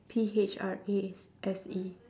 P H R A S E